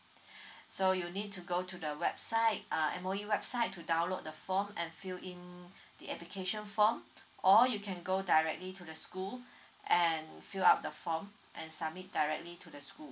so you need to go to the website uh M_O_E website to download the form and fill in the application form or you can go directly to the school and fill up the form and submit directly to the school